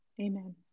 Amen